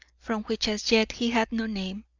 for which as yet he had no name,